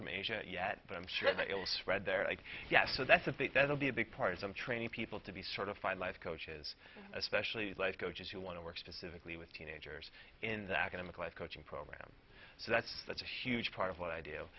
from asia yet but i'm sure that it will spread there like yes so that's a big that will be a big part of some training people to be certified life coaches especially life coaches who want to work specifically with teenagers in the academic life coaching program so that's that's a huge part of what i do